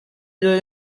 ibyo